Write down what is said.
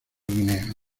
guinea